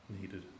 needed